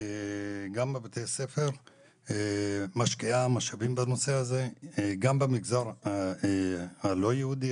גם בבתי הספר והיא משקיעה משאבים בנושא הזה וגם במגזר הלא יהודי,